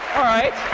all right.